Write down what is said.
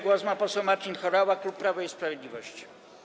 Głos ma poseł Marcin Horała, klub Prawo i Sprawiedliwość.